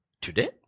Today